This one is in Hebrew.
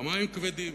והמים כבדים,